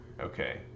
Okay